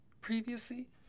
previously